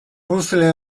puzzle